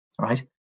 right